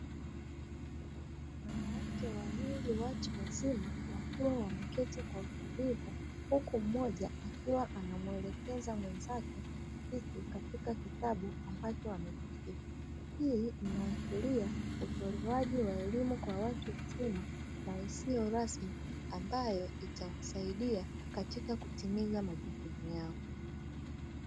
Wanawake wawili watu wazima, wakiwa wameketi kwa utulivu huku mmoja akiwa anamuelekeza mwenzake kitu katika kitabu ambacho amekishika. Hii inaashiria utolewaji wa elimu kwa watu wazima na isiyo rasmi; ambayo itamsaidia katika kutimiza majukumu yao.